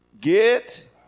Get